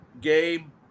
game